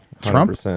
Trump